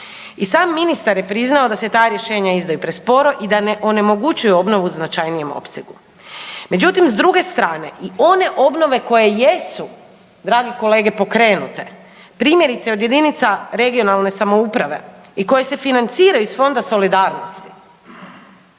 I sam ministar je priznao da se ta rješenja izdaju presporo i da onemogućuju u značajnijem opsegu. Međutim, s druge strane i one obnove koje jesu dragi kolege pokrenute primjerice od jedinica regionalne samouprave i koje se financiraju iz Fonda solidarnosti